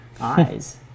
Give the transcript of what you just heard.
eyes